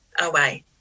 away